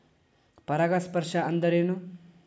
ಪರಾಗಸ್ಪರ್ಶ ಅಂದರೇನು?